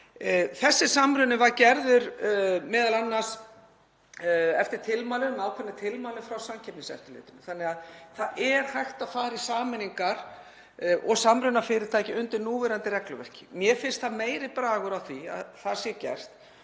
Þessi samruni var gerður eftir ákveðnum tilmælum frá Samkeppniseftirlitinu þannig að það er hægt að fara í sameiningar og samruna fyrirtækja undir núverandi regluverki. Mér finnst meiri bragur á því að það sé gert.